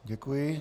Děkuji.